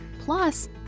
plus